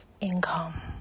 income